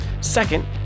Second